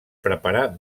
preparar